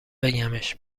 بگمش